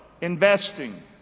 investing